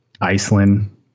iceland